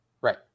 Right